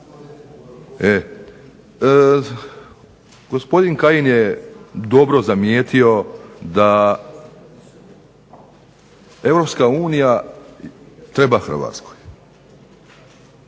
Gospodin Kajin je dobro zamijetio da Europska unija treba Hrvatskoj.